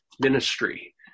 ministry